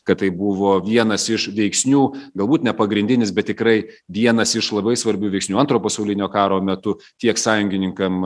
kad tai buvo vienas iš veiksnių galbūt ne pagrindinis bet tikrai vienas iš labai svarbių veiksnių antro pasaulinio karo metu tiek sąjungininkam